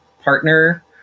partner